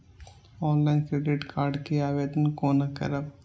Online credit card के आवेदन कोना करब?